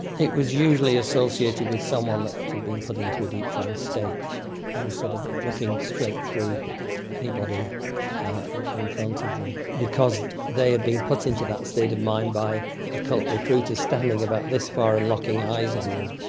it was usually associated with someone that had been put into a deep trance state and was sort of looking straight through anybody in front of them. because they had been put into that state of mind by a cult recruiter standing about this far and locking eyes on them.